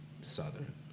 Southern